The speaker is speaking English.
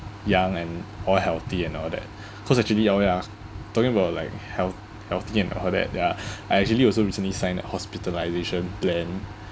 young and more healthy and all that cause actually ya ah talking about like health healthy and all that ya I actually also recently signed a hospitalisation plan